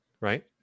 Right